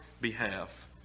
behalf